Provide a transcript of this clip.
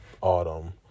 autumn